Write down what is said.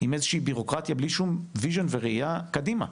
עם איזושהי בירוקרטיה בלי שום חזון וראייה קדימה.